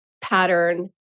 pattern